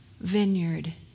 vineyard